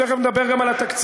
אנחנו תכף נדבר גם על התקציב.